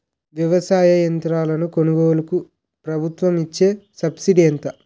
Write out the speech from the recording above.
వ్యవసాయ యంత్రాలను కొనుగోలుకు ప్రభుత్వం ఇచ్చే సబ్సిడీ ఎంత?